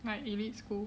like elite school